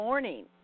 Morning